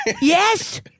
Yes